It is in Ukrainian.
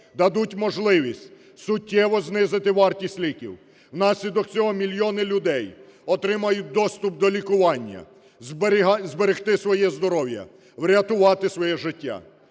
дадуть можливість суттєво знизити вартість ліків. Внаслідок цього мільйони людей отримають доступ до лікування, зберегти своє здоров'я, врятувати своє життя.